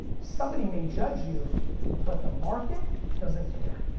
somebody may judge you but the market doesn't care.